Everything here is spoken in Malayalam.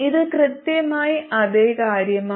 ഇത് കൃത്യമായി അതേ കാര്യമാണ്